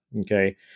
Okay